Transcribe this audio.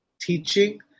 teaching